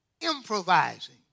improvising